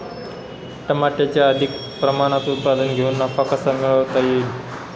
टमाट्याचे अधिक प्रमाणात उत्पादन घेऊन नफा कसा मिळवता येईल?